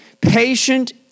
patient